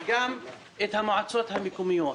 וגם את המועצות המקומיות.